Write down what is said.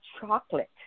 chocolate